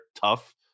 tough